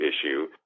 issue